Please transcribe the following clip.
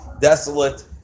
desolate